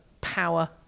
power